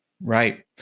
Right